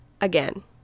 again